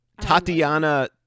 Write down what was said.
Tatiana